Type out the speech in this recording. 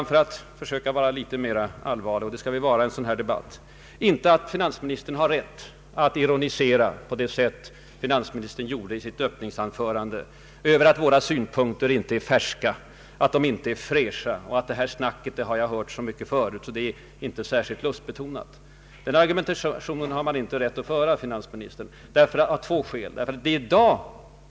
För att sedan vara litet mer allvarlig — det skall vi ju vara i en sådan här debatt — tycker jag inte finansministern har rätt att ironisera på det sätt han gjorde i sitt öppningsanförande över att våra synpunkter inte är färska, att de inte är fräscha, att han hört det här snacket så många gånger tidigare att det inte ger något nytt. En sådan argumentation har man inte rätt att föra, herr finansminister, och detta av flera skäl.